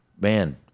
man